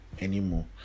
anymore